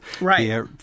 Right